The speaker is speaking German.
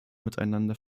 miteinander